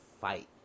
fight